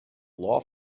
law